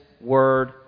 Word